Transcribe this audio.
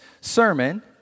sermon